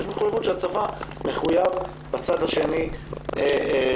ויש מחויבות שהצבא מחויב בצד השני לאזרחים.